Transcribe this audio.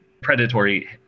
predatory